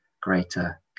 greater